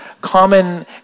common